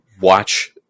Watch